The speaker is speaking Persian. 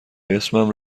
اسمم